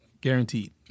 Guaranteed